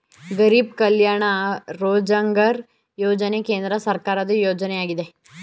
ಗರಿಬ್ ಕಲ್ಯಾಣ ರೋಜ್ಗಾರ್ ಯೋಜನೆ ಕೇಂದ್ರ ಸರ್ಕಾರದ ಯೋಜನೆಯಾಗಿದೆ